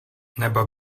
nebo